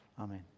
Amen